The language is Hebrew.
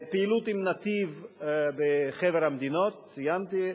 פעילות עם "נתיב" בחבר המדינות, ציינתי.